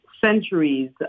centuries